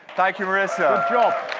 thank you, marissa!